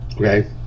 Okay